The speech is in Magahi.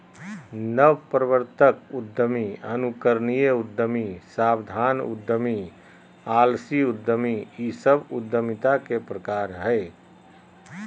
नवप्रवर्तक उद्यमी, अनुकरणीय उद्यमी, सावधान उद्यमी, आलसी उद्यमी इ सब उद्यमिता के प्रकार हइ